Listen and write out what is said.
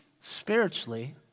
spiritually